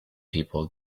people